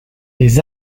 les